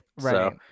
Right